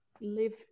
live